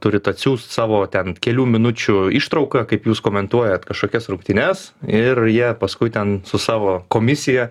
turit atsiųst savo ten kelių minučių ištrauką kaip jūs komentuojat kažkokias rungtynes ir jie paskui ten su savo komisija